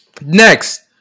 Next